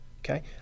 okay